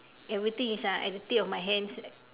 everything is uh is at the tip of my hands